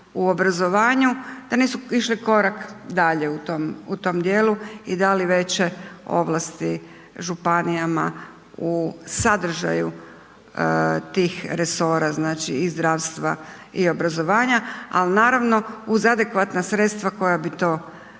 i obrazovanju te nisu išli korak dalje u tom dijelu i dali veće ovlasti županijama u sadržaju tih resora, znači i zdravstva i obrazovanja, ali naravno, uz adekvatna sredstva koja bi to pratila.